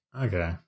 Okay